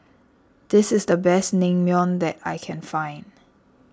this is the best Naengmyeon that I can find